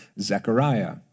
Zechariah